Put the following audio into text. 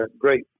great